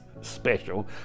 special